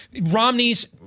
Romney's